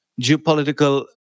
geopolitical